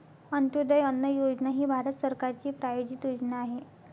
अंत्योदय अन्न योजना ही भारत सरकारची प्रायोजित योजना आहे